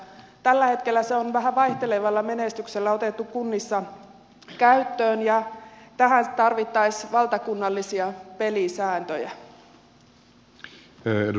tällä hetkellä se on vähän vaihtelevalla menestyksellä otettu kunnissa käyttöön ja tähän tarvittaisiin valtakunnallisia pelisääntöjä